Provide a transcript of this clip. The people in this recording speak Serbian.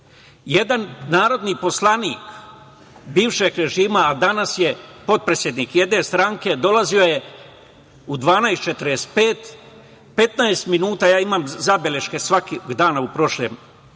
narodni poslanik bivšeg režima, a danas potpredsednik jedne stranke, dolazio je u 12.45 časova, imam zabeleške svakog dana u prošlim